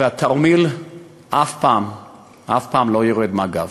והתרמיל אף פעם לא יורד מהגב.